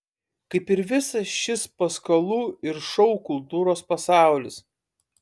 kaip ir visas šis paskalų ir šou kultūros pasaulis